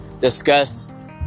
discuss